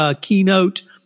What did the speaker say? keynote